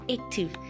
active